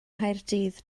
nghaerdydd